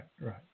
right